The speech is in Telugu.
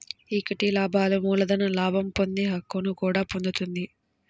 ఈక్విటీ లాభాలు మూలధన లాభం పొందే హక్కును కూడా పొందుతుంది